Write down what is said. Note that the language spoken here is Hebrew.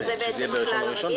שזה בעצם הכלל הרגיל.